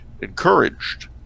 encouraged